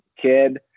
kid